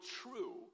true